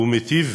שהוא "מיטיב"